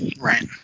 Right